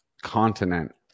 continent